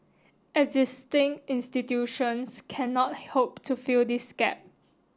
existing institutions cannot hope to fill this gap